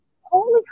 holy